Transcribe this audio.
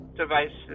devices